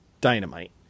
Dynamite